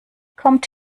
kommt